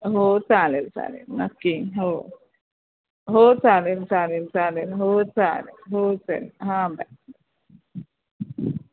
हो चालेल चालेल नक्की हो हो चालेल चालेल चालेल हो चालेल हो चल हा बाय